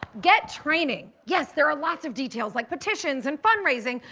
get training. yes, there are lots of details like petitions and fund-raising,